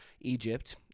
Egypt